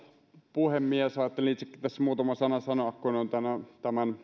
puhemies ajattelin itsekin tässä muutaman sanan sanoa kun olen tämän